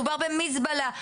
מדובר במזבלה,